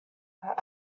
are